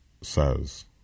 says